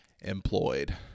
employed